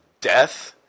death